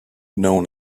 known